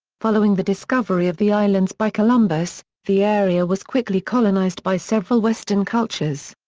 following the discovery of the islands by columbus, the area was quickly colonised by several western cultures.